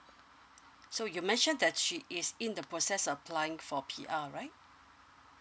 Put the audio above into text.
so you mentioned that she is in the process of applying for P_R right